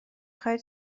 خواید